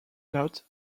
not